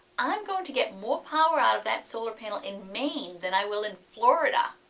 i'm going to get more power out of that solar panel in maine than i will in florida.